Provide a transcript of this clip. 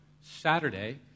Saturday